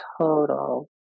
total